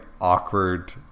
awkward